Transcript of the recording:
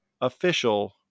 official